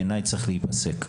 בעיניי צריך להיפסק.